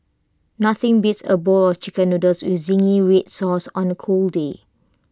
nothing beats A bowl of Chicken Noodles with Zingy Red Sauce on A cold day